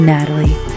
Natalie